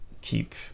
Keep